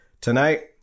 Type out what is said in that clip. Tonight